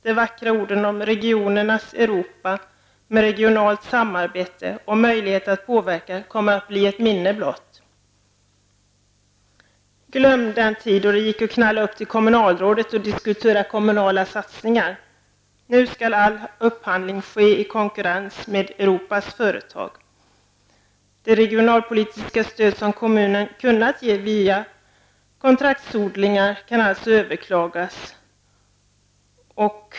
De vackra orden om regionernas Europa med regionalt samarbete och möjlighet att påverka kommer att bli ett minne blott. Glöm den tid när det gick att knalla upp till kommunalrådet och diskutera kommunala satsningar. Nu skall all upphandling ske i konkurrens med Europas företag. Det regionalpolitiska stöd som kommunerna kunnat ge via kontraktsodlingar kan alltså överklagas.